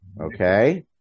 Okay